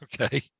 Okay